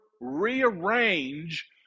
rearrange